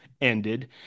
ended